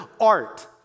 art